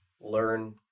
learn